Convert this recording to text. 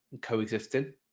coexisting